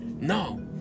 No